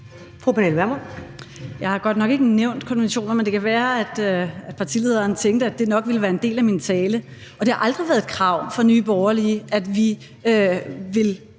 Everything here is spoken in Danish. Jeg har godt nok ikke nævnt konventioner, men det kan være, at partilederen tænkte, at det nok ville være en del af min tale, og det har aldrig været et krav fra Nye Borgerliges side, at vi vil